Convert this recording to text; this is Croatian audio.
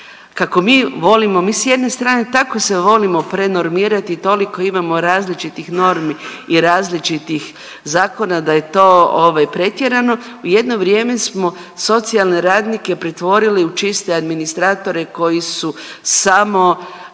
kako mi volimo, mi s jedne strane tako se volimo prenormirati i toliko imamo različitih normi i različitih zakona da je to ovaj pretjerano, u jedno vrijeme smo socijalne radnike pretvorili u čiste administratore koji su samo